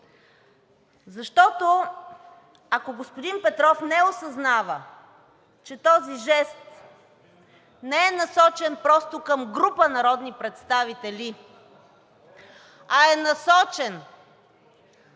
Защото, ако господин Петров не осъзнава, че този жест не е насочен просто към група народни представители, а е насочен